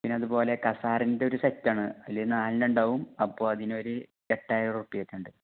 പിന്നെ അതുപോലെ കസാരെൻ്റെ ഒരു സെറ്റാണ് അതിൽ നാലെണ്ണം ഉണ്ടാവും അപ്പം അതിനൊരു എട്ടായിരം ഉറുപ്പ്യക്ക് ഉണ്ട്